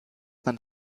man